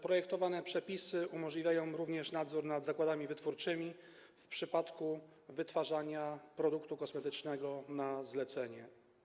Projektowane przepisy umożliwiają również nadzór nad zakładami wytwórczymi w przypadku wytwarzania produktu kosmetycznego na zlecenie.